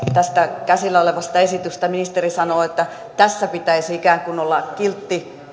tästä käsillä olevasta esityksestä ministeri sanoo että tässä pitäisi ikään kuin olla kiltti